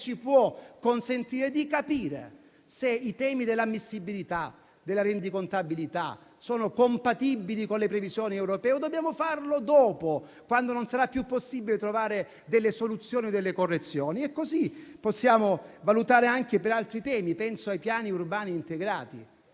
ci può consentire di capire se i temi dell'ammissibilità e della rendicontabilità sono compatibili con le previsioni europee o dobbiamo farlo dopo, quando non sarà più possibile trovare delle soluzioni o delle correzioni? Così possiamo fare valutazioni anche rispetto ad altri temi, come i piani urbani integrati,